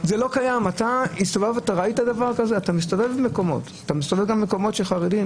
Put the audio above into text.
אתה מסתובב במקומות של חרדים,